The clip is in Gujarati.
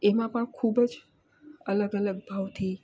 એમાં પણ ખૂબ જ અલગ અલગ ભાવથી